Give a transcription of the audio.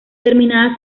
terminada